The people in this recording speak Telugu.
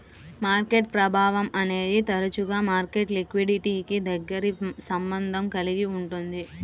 మార్కెట్ ప్రభావం అనేది తరచుగా మార్కెట్ లిక్విడిటీకి దగ్గరి సంబంధం కలిగి ఉంటుంది